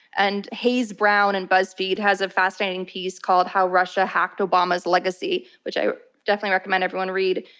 and hayes brown and buzzfeed has a fascinating piece called how russia hacked obama's legacy, which i definitely recommend everyone read,